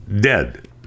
dead